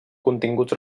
continguts